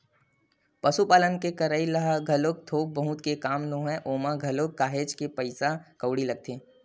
पसुपालन के करई ह घलोक थोक बहुत के काम नोहय ओमा घलोक काहेच के पइसा कउड़ी लगथे